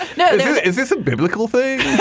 you know this is this a biblical thing?